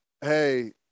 hey –